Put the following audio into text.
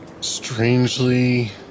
strangely